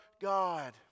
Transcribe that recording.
God